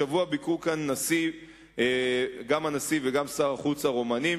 השבוע ביקרו כאן גם הנשיא וגם שר החוץ של רומניה.